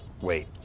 Wait